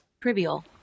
Trivial